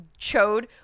chode